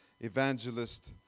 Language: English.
evangelist